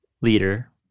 leader